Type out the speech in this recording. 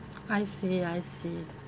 I see I see